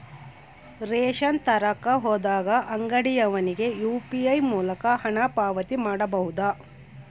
Ration ತರಕ ಹೋದಾಗ ಅಂಗಡಿಯವನಿಗೆ ಯು.ಪಿ.ಐ ಮೂಲಕ ಹಣ ಪಾವತಿ ಮಾಡಬಹುದಾ?